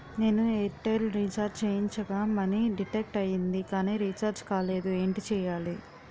నేను Airtel recharge చేయించగా money deduct అయ్యింది కానీ రీఛార్జ్ కాలేదు ఏంటి చేయాలి?